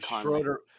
Schroeder